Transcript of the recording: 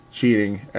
cheating